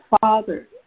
Father